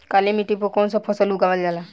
काली मिट्टी पर कौन सा फ़सल उगावल जाला?